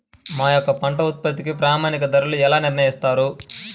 మా యొక్క పంట ఉత్పత్తికి ప్రామాణిక ధరలను ఎలా నిర్ణయిస్తారు?